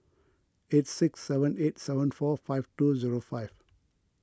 eight six seven eight seven four five two zero five